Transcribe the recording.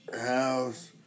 house